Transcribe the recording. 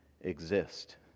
exist